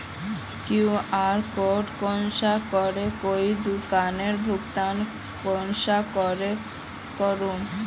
QR code scan करे कोई दुकानदारोक भुगतान कुंसम करे करूम?